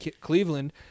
Cleveland